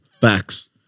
facts